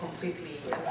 completely